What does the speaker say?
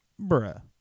Bruh